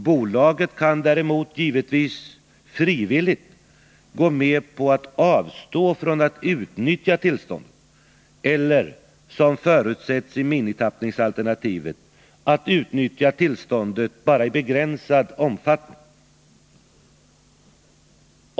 Bolaget kan däremot givetvis frivilligt gå med på att avstå från att utnyttja tillståndet eller — såsom förutsätts i minimitappningsalternativet — att utnyttja tillståndet bara i begränsad omfattning.